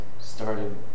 started